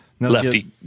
lefty